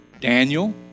Daniel